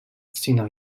sino